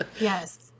Yes